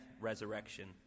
resurrection